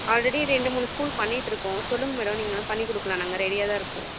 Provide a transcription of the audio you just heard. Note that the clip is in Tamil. ஆல்ரெடி ரெண்டு மூணு ஸ்கூல் பண்ணிட்டுருக்கோம் சொல்லுங்கள் மேடம் நீங்கள் பண்ணி கொடுக்கலாம் நாங்கள் ரெடியாக தான் இருக்கோம்